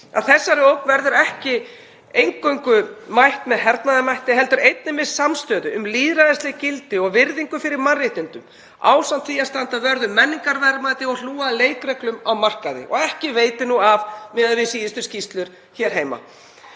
þessari ógn verður ekki eingöngu mætt með hernaðarmætti heldur einnig með samstöðu um lýðræðisleg gildi og virðingu fyrir mannréttindum ásamt því að standa vörð um menningarverðmæti og hlúa að leikreglum á markaði og ekki veitir nú af miðað við síðustu skýrslur hér heima.